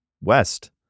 west